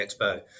Expo